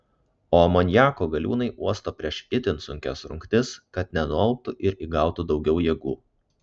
o amoniako galiūnai uosto prieš itin sunkias rungtis kad nenualptų ir įgautų daugiau jėgų